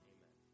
Amen